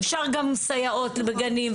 אפשר גם לסייעות בגנים,